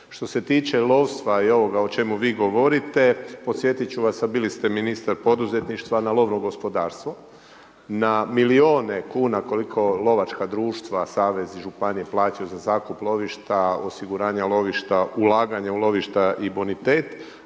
Što se tiče lovstva i ovoga o čemu vi govorite podsjetit ću vas a bili ste ministar poduzetništva, na lovno gospodarstvo, na milijune kuna koje lovačka društva, savezi i županije plaćaju za zakup lovišta, osiguranja lovišta, ulaganja u lovišta i bonitet.